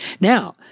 Now